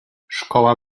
szkoła